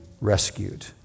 rescued